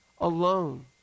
alone